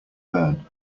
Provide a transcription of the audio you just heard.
burn